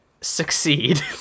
succeed